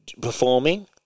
performing